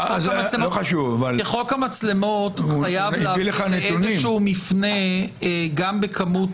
כי חוק המצלמות חייב להביא לאיזשהו מפנה גם בכמות